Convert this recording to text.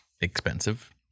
expensive